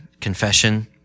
confession